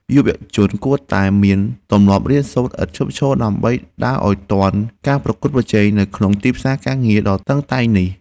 យុវជនគួរតែមានទម្លាប់រៀនសូត្រឥតឈប់ឈរ ដើម្បីដើរឱ្យទាន់ការប្រកួតប្រជែងនៅក្នុងទីផ្សារការងារដ៏តឹងតែងនេះ។